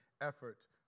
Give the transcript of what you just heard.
effort